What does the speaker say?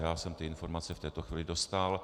Já jsem ty informace v tuto chvíli dostal.